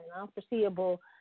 unforeseeable